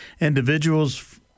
individuals